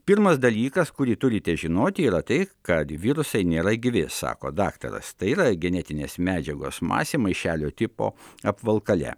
pirmas dalykas kurį turite žinoti yra tai kad virusai nėra gyvi sako daktaras tai yra genetinės medžiagos masė maišelio tipo apvalkale